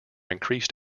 increased